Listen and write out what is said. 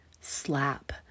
slap